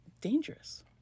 dangerous